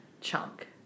chunk